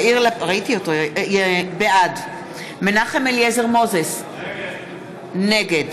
בעד מנחם אליעזר מוזס, נגד